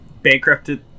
Bankrupted